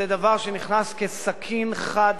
זה דבר שנכנס כסכין חד,